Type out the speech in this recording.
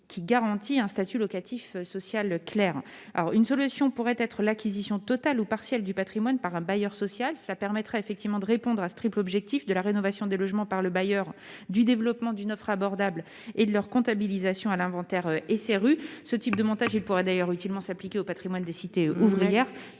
qui garantit un statut locatif social Claire alors une solution pourrait être l'acquisition totale ou partielle du Patrimoine par un bailleur social ça permettra effectivement de répondre à ce triple objectif de la rénovation des logements par le bailleur du développement d'une offre abordable et de leur comptabilisation à l'inventaire SRU ce type de montage, il pourrait d'ailleurs utilement s'appliquer aux patrimoines des cités ouvrières, dès